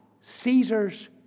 Caesar's